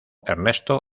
ernesto